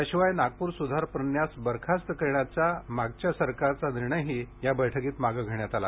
याशिवाय नागपूर सुधार प्रन्यास बरखास्त करण्याचा मागच्या सरकारचा निर्णयही या बैठकीत मागे घेण्यात आला